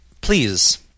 Please